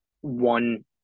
one